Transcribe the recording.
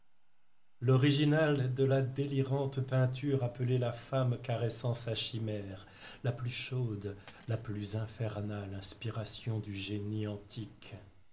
l'original de la délirante peinture appelée la femme caressant sa chimère la plus chaude la plus infernale inspiration du génie antique